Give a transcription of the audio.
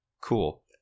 cool